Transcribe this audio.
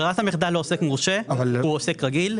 ברירת המחדל לעוסק מורשה היא עוסק רגיל,